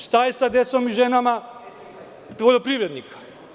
Šta je sa decom i ženama poljoprivrednika?